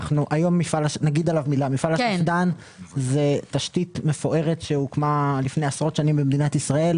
מפעל השפד"ן הוא תשתית מפוארת שהוקמה לפני עשרות שנים במדינת ישראל.